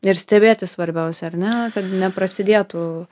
ir stebėti svarbiausia ar ne kad neprasidėtų